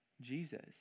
Jesus